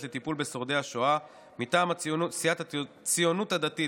לטיפול בשורדי השואה: מטעם סיעת הציונות הדתית,